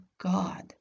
God